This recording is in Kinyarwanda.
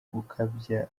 gukabya